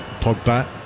Pogba